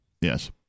Yes